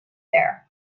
there